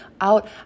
out